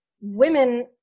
women